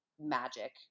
magic